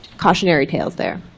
cautionary tales there.